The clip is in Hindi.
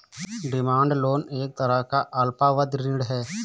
डिमांड लोन एक तरह का अल्पावधि ऋण है